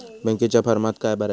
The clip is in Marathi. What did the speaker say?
बँकेच्या फारमात काय भरायचा?